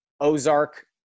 Ozark